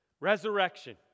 Resurrection